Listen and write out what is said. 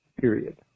period